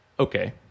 Okay